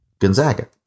Gonzaga